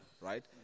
right